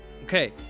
Okay